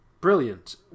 brilliant